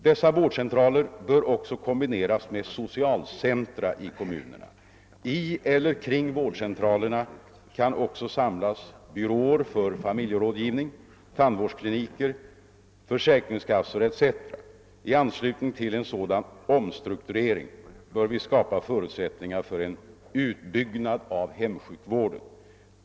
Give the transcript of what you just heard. Dessa vårdcentraler bör också kombineras med socialcentra i kommunerna. I eller kring vårdcentralerna kan också samlas byråer för familjerådgivning, tandvårdskliniker, försäkringskassor etc. I anslutning till en sådan omstrukturering bör vi skapa förutsättningar för en utbyggnad av hemsjukvården.